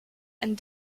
and